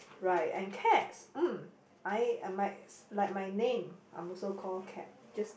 right and cats mm I am I like my name I'm also called Kat just